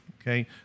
okay